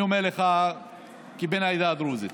אני אומר לך כבן העדה הדרוזית: